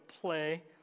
play